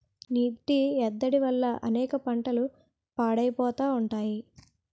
నీటి ఎద్దడి వల్ల అనేక పంటలు పాడైపోతా ఉంటాయి